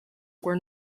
were